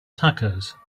tacos